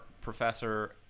professor